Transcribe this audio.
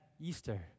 easter